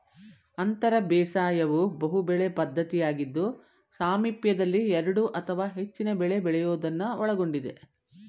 ಅಂತರ ಬೇಸಾಯವು ಬಹುಬೆಳೆ ಪದ್ಧತಿಯಾಗಿದ್ದು ಸಾಮೀಪ್ಯದಲ್ಲಿ ಎರಡು ಅಥವಾ ಹೆಚ್ಚಿನ ಬೆಳೆ ಬೆಳೆಯೋದನ್ನು ಒಳಗೊಂಡಿದೆ